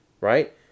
Right